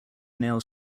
nails